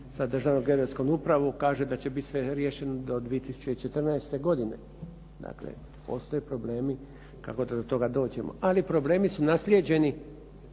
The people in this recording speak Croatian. sa Državnom geodetskom upravom. Kaže da će bit sve riješeno do 2014. godine. Dakle, postoje problemi kako da do toga dođemo. Ali problemi su naslijeđeni